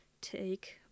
take